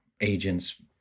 agents